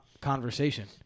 conversation